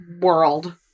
World